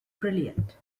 brilliant